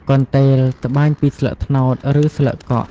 កន្ទេល ត្បាញពីស្លឹកត្នោត ឬស្លឹកកក់។